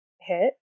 hit